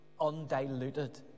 undiluted